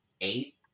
eight